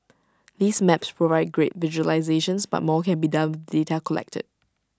these maps provide great visualisations but more can be done data collected